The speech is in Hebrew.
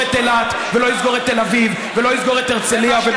את אילת ולא יסגור את תל אביב ולא יסגור את הרצליה.